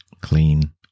clean